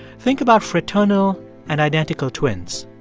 think about fraternal and identical twins.